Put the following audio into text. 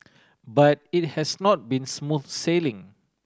but it has not been smooth sailing